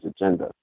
agenda